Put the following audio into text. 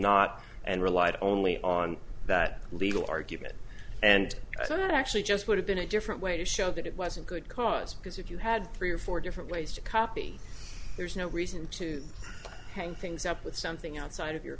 not and relied only on that legal argument and i thought actually just would have been a different way to show that it wasn't good cause because if you had three or four different ways to copy there's no reason to hang things up with something outside of your